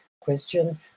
question